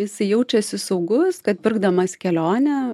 jisai jaučiasi saugus kad pirkdamas kelionę